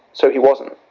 so he wasn't.